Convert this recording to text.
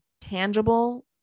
tangible